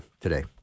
today